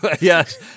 Yes